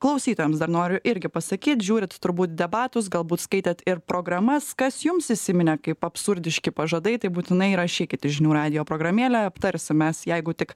klausytojams dar noriu irgi pasakyt žiūrit turbūt debatus galbūt skaitėt ir programas kas jums įsiminė kaip absurdiški pažadai tai būtinai rašykit į žinių radijo programėlę aptarsim mes jeigu tik